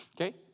Okay